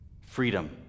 freedom